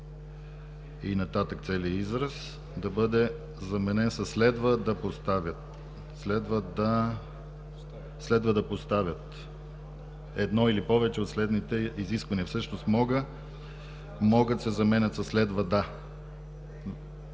и нататък целият израз да бъде заменен със „следва да поставят едно или повече от следните изисквания”. Всъщност „могат” се заменя със „следва да”.